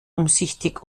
umsichtig